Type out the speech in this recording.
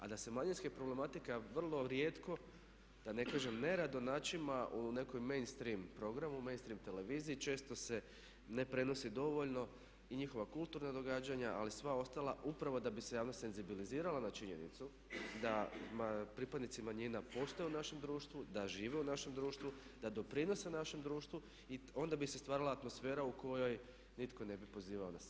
A da se manjinska problematika vrlo rijetko, da ne kažem nerado načima u nekom mainstream programu, mainstream televiziji, često se ne prenosi dovoljno i njihova kulturna događanja ali i sva ostala upravo da bi se javnost senzibilizirala na činjenicu da pripadnici manjina postoje u našem društvu, da žive u našem društvu, da doprinose našem društvu i onda bih se stvarala u kojoj nitko ne bi pozivao na … Hvala.